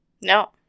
No